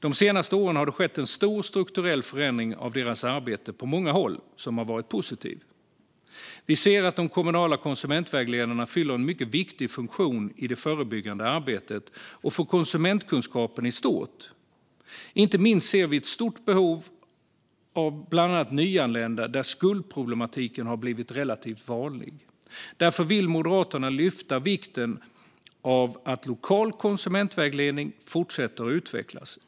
De senaste åren har det på många håll skett en stor strukturell förändring av deras arbete som har varit positiv. Vi ser att de kommunala konsumentvägledarna fyller en mycket viktig funktion i det förebyggande arbetet och för konsumentkunskapen i stort. Inte minst ser vi ett stort behov bland nyanlända, där skuldproblematik har blivit relativt vanlig. Därför vill Moderaterna lyfta fram vikten av att lokal konsumentvägledning fortsätter att utvecklas.